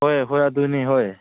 ꯍꯣꯏ ꯍꯣꯏ ꯑꯗꯨꯅꯤ ꯍꯣꯏ